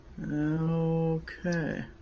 okay